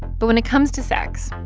but when it comes to sex,